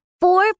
Four